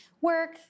work